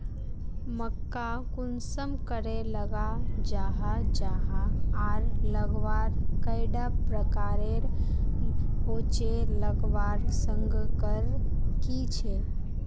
मक्का कुंसम करे लगा जाहा जाहा आर लगवार कैडा प्रकारेर होचे लगवार संगकर की झे?